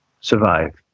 survive